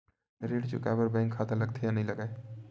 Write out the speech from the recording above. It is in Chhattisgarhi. ऋण चुकाए बार बैंक खाता लगथे या नहीं लगाए?